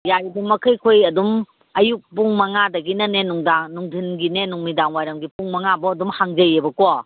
ꯌꯥꯔꯤꯕꯃꯈꯩ ꯑꯩꯈꯣꯏ ꯑꯗꯨꯝ ꯑꯌꯨꯛ ꯄꯨꯡ ꯃꯉꯥꯗꯒꯤꯅꯅꯦ ꯅꯨꯡꯗꯥꯡ ꯅꯨꯗꯤꯟꯒꯤꯅꯦ ꯅꯨꯃꯤꯗꯥꯡ ꯋꯥꯏꯔꯝꯒꯤ ꯄꯨꯡ ꯃꯉꯥꯕꯣꯛ ꯑꯗꯨꯝ ꯍꯥꯡꯖꯩꯑꯕꯀꯣ